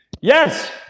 Yes